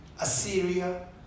assyria